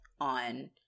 on